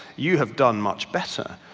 you have done much better.